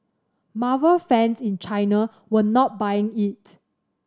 marvel fans in China were not buying it